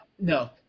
No